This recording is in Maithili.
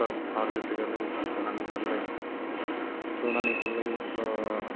तब हर जोतै गेलै तऽ सोना निकलले सोना निकलले तऽ